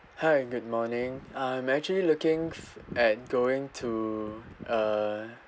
hi good morning uh I'm actually looking at going to uh